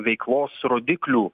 veiklos rodiklių